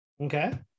Okay